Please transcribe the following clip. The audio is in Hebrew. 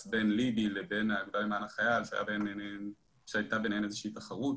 בין לב"י לבין האגודה למען החייל שהייתה ביניהם איזושהי תחרות